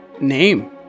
name